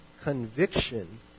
conviction